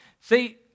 See